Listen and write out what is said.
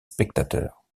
spectateurs